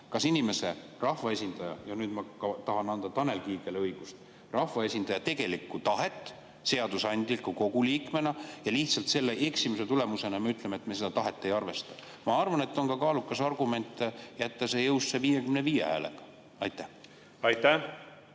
kas inimese, rahvaesindaja – ja nüüd ma tahan anda Tanel Kiigele õigust – tegelikku tahet seadusandliku kogu liikmena või lihtsalt selle eksimuse tulemusena ütleme, et me tema tahet ei arvesta? Ma arvan, et on ka kaalukas argument jätta see jõusse 55 häälega. Aitäh! Ma